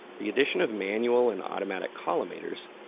the addition of manual and automatic collimators,